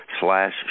slash